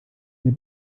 der